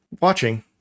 watching